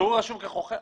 והוא רשום כחוכר?